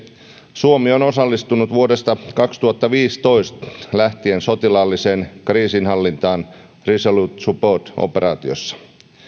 suomi on osallistunut vuodesta kaksituhattaviisitoista lähtien sotilaalliseen kriisinhallintaan resolute support operaatiossa